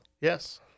Yes